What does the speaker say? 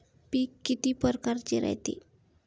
पिकं किती परकारचे रायते?